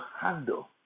handle